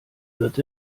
wird